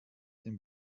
dem